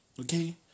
okay